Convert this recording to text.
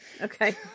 Okay